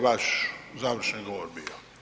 vaš završni govor bio.